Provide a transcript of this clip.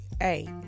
hey